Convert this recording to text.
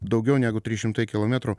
daugiau negu trys šimtai kilometrų